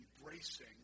embracing